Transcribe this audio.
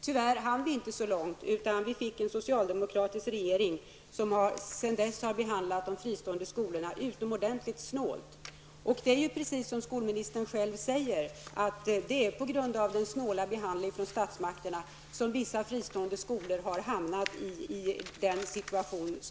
Tyvärr hann vi inte så långt, utan vi fick en socialdemokratisk regering som sedan dess behandlat de fristående skolorna utomordentligt snålt. Det är precis som skolministern själv säger på grund av den snåla behandlingen från statsmakterna som vissa fristående skolor har hamnat i dagens situation.